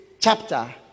chapter